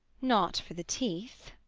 not for the teeth.